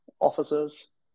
officers